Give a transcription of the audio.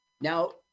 Now